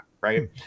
right